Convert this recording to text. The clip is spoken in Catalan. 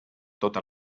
tota